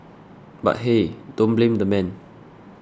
but hey don't blame the man